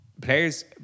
players